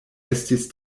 estis